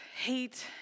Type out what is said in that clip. hate